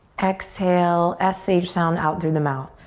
exhale. s h sound out through the mouth.